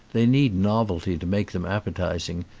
they need novelty to make them appetising,